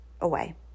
away